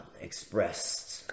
expressed